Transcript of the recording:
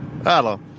Hello